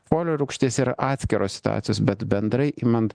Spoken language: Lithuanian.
folio rūgšties yra atskiros situacijos bet bendrai imant